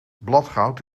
bladgoud